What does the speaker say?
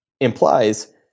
implies